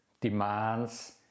demands